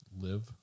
Live